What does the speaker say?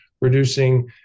reducing